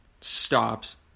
stops